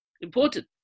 important